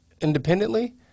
independently